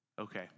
Okay